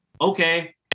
okay